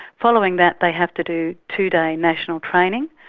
following that they have to do two-day national training,